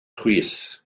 chwith